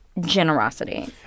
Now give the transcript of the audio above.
generosity